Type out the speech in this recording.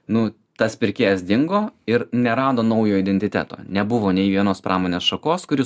nu tas pirkėjas dingo ir nerado naujo identiteto nebuvo nei vienos pramonės šakos kuri